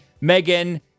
Megan